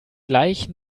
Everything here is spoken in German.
gleich